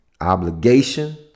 obligation